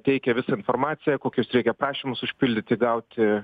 teikia visą informaciją kokius reikia prašymus užpildyti gauti